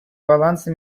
баланса